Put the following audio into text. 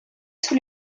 sous